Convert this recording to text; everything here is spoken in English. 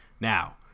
Now